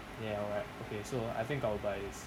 ya alright okay so I think I will buy this